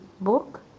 Book